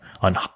on